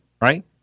right